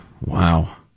Wow